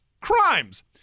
crimes